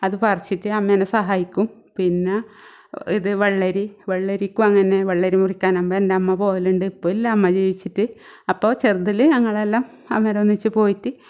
അത് പറിച്ചിട്ട് അമ്മേനെ സഹായിക്കും പിന്നെ ഇത് വെള്ളരി വെള്ളരിക്കും അങ്ങനെ വെള്ളരി മുറിക്കാൻ അമ്മ എൻ്റെ അമ്മ പോകലുണ്ട് ഇപ്പ ഇല്ല അമ്മ ജീവിച്ചിട്ട് അപ്പോ ചെറുതിലെ ഞങ്ങളെല്ലാം അന്നേരം ഒന്നിച്ച് പോയിട്ട്